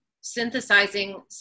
synthesizing